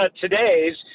today's